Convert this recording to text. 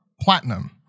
platinum